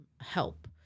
help